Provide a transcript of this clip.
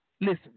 Listen